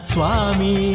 Swami